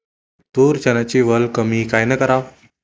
तूर, चन्याची वल कमी कायनं कराव?